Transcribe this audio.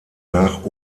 nach